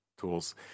tools